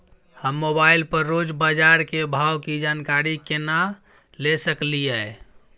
हम मोबाइल पर रोज बाजार के भाव की जानकारी केना ले सकलियै?